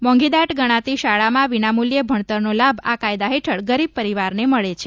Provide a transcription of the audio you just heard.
મોંઘીદાટ ગણાતી શાળામાં વિનામૂલ્યે ભણતરનો લાભ આ કાયદા હેઠળ ગરીબ પરિવારને મળે છે